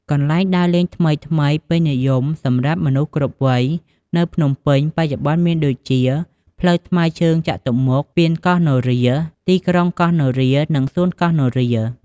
កន្លែងដើរលេងថ្មីៗពេញនិយមសម្រាប់មនុស្សគ្រប់វ័យនៅភ្នំពេញ បច្ចុប្បន្នមានដូចជា ផ្លូវថ្មើរជើងចតុមុខ ស្ពានកោះនរា ទីក្រុងកោះនរា និងសួនកោះនរា។